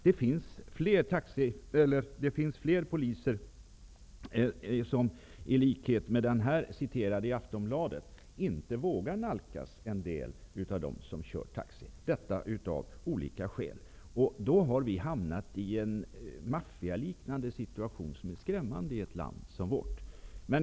Det finns fler poliser som, i likhet med polisen i artikeln i Aftonbladet, inte vågar nalkas en del av dem som kör taxi -- av olika skäl -- och då har vi hamnat i en maffialiknande situation, som är skrämmande i ett land som vårt.